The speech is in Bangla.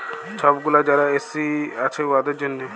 ছব গুলা যারা এস.সি আছে উয়াদের জ্যনহে